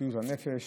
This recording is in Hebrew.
לבריאות הנפש,